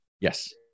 Yes